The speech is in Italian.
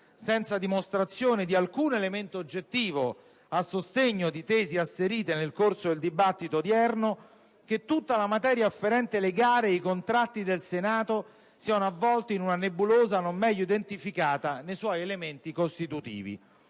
senza dimostrazione di alcun elemento oggettivo a sostegno di tesi asserite nel corso del dibattito - che tutta la materia afferente alle gare e ai contratti del Senato sia avvolta in una nebulosa non meglio identificata nei suoi elementi costitutivi.